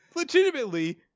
Legitimately